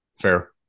Fair